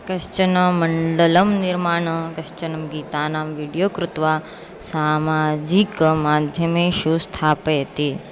कश्चन मण्डलं निर्माणं कश्चन गीतानां वीडियो कृत्वा सामाजिकमाध्यमेषु स्थापयति